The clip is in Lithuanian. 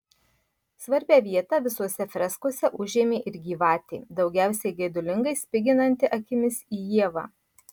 svarbią vietą visose freskose užėmė ir gyvatė daugiausiai geidulingai spiginanti akimis į ievą